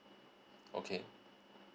okay